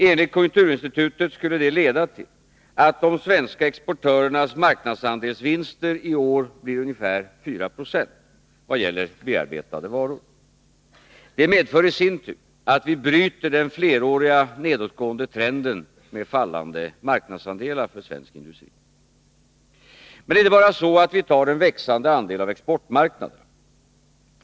Enligt konjunkturinstitutet skulle detta leda till att de svenska exportörernas marknadsandelsvinster i år blir ungefär 4 96 vad gäller bearbetade varor. Det medför i sin tur att vi bryter den fleråriga nedåtgående trenden med fallande marknadsandelar för svensk industri. Men det är inte bara så att vi tar en växande andel av exportmarknaderna.